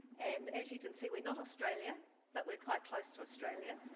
and as you can see, we're not australia but we're quite close to australia.